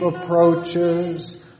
approaches